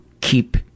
keep